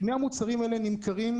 שני המוצרים האלה נמכרים,